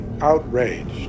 outraged